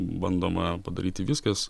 bandoma padaryti viskas